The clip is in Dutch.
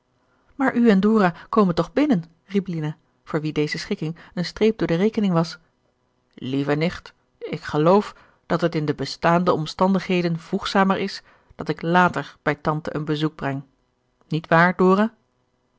maar u en dora komen toch binnen riep lina voor wie deze schikking een streep door de rekening was lieve nicht ik geloof dat het in de bestaande omstandigheden voegzamer is dat ik later bij tante een bezoek breng niet waar